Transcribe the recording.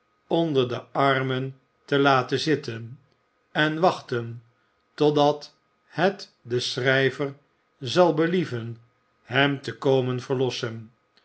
onder de armen te laten zitten en wachten totdat het den schrijver zal believen hem te komen verlossen